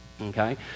okay